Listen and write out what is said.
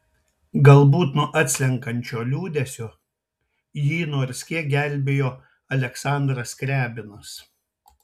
galbūt nuo atslenkančio liūdesio jį nors kiek gelbėjo aleksandras skriabinas